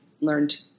learned